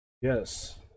yes